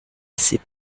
ses